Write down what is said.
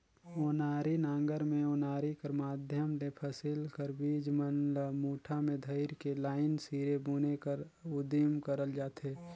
ओनारी नांगर मे ओनारी कर माध्यम ले फसिल कर बीज मन ल मुठा मे धइर के लाईन सिरे बुने कर उदिम करल जाथे